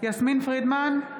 יסמין פרידמן,